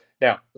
Now